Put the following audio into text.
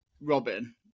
Robin